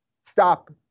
stop